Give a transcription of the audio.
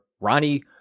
Ronnie